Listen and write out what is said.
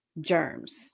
germs